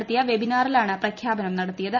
നടത്തിയ വെബിനാറിലാണ് പ്രഖ്യാപനം നടത്തിയത്